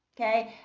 okay